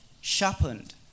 sharpened